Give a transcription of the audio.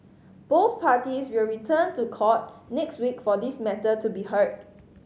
both parties will return to court next week for this matter to be heard